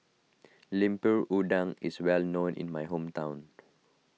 Lemper Udang is well known in my hometown